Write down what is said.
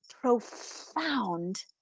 profound